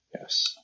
Yes